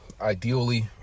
Ideally